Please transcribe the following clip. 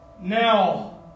Now